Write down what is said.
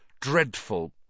dreadful